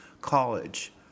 college